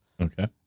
Okay